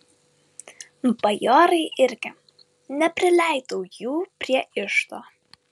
bajorai irgi neprileidau jų prie iždo